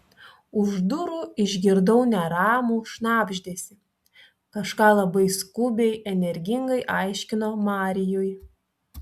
už durų išgirdau neramų šnabždesį kažką labai skubiai energingai aiškino marijui